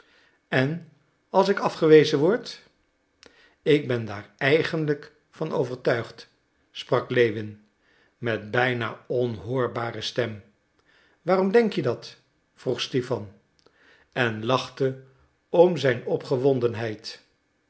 en als ik afgewezen word ik ben daar eigenlijk van overtuigd sprak lewin met bijna onhoorbare stem waarom denk je dat vroeg stipan en lachte om zijn